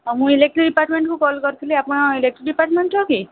ହଁ ମୁଁ ଇଲେକ୍ଟ୍ରି ଡିପାର୍ଟମେଣ୍ଟ୍କୁ କଲ୍ କରିଥିଲି ଆପଣ ଇଲେକ୍ଟ୍ରି ଡିପାର୍ଟମେଣ୍ଟ୍ର କି